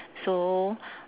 so